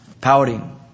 Pouting